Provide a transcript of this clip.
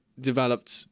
developed